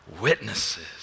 witnesses